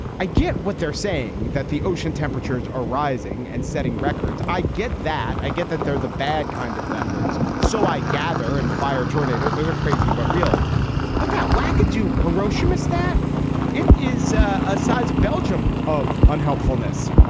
i get what they're saying, that the ocean temperatures are rising and setting records. i get that. i get that. they're the bad kind of records. so i gather. and fire, tornadoes, other crazy but real but that wackadoo, hiroshima's that it is a size of belgium of un helpfulness.